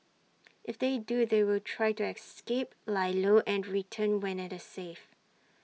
if they do they will try to escape lie low and return when IT is safe